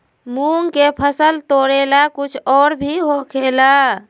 मूंग के फसल तोरेला कुछ और भी होखेला?